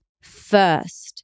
first